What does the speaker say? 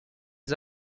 les